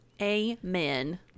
amen